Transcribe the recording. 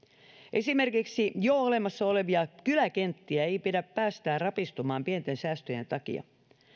esimerkiksi jo olemassa olevia kyläkenttiä ei pidä päästää rapistumaan pienten säästöjen takia